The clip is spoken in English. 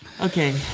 Okay